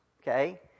okay